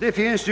Det finns